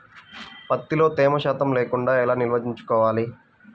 ప్రత్తిలో తేమ శాతం లేకుండా ఎలా నిల్వ ఉంచుకోవాలి?